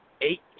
eight